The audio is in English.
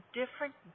different